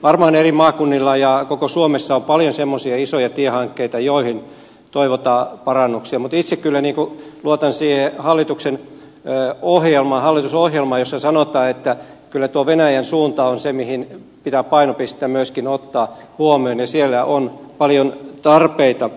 varmaan eri maakunnilla ja koko suomessa on paljon semmoisia isoja tiehankkeita joihin toivotaan parannuksia mutta itse kyllä luotan siihen hallituksen ohjelmaan hallitusohjelmaan jossa sanotaan että kyllä tuo venäjän suunta on se missä pitää painopistettä myöskin ottaa huomioon ja siellä on paljon tarpeita